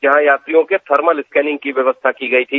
जहां यात्रियों की थर्मल स्क्रीनिंग की व्यवस्था की गई थी